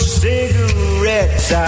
cigarettes